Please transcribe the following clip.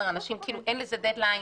אין לזה דד-ליין,